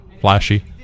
flashy